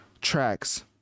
tracks